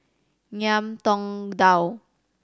Ngiam Tong Dow